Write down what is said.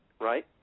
right